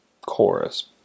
chorus